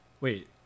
Wait